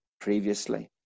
previously